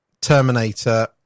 Terminator